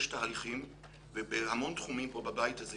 יש תהליכים בהמון תחומים פה בבית הזה.